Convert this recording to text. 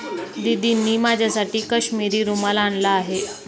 दीदींनी माझ्यासाठी काश्मिरी रुमाल आणला आहे